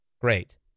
Great